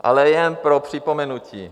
Ale jen pro připomenutí.